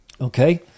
okay